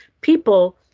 people